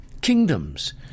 kingdoms